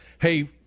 hey